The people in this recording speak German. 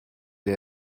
der